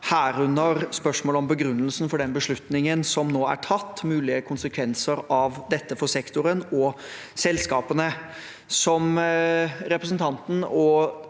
herunder spørsmål om begrunnelsen for den beslutningen som nå er tatt, og hva som er mulige konsekvenser av dette for sektoren og selskapene. Som representanten og